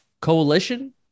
coalition